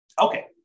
Okay